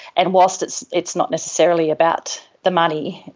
and whilst it's it's not necessarily about the money,